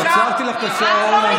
עצרתי לך את השעון.